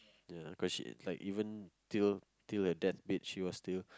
ya cause she like even till till her deathbed she was still